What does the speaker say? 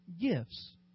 gifts